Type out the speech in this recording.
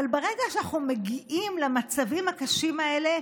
אבל ברגע שאנחנו מגיעים למצבים הקשים האלה,